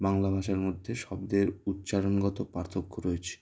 বাংলা ভাষার মধ্যে শব্দের উচ্চারণগত পার্থক্য রয়েছে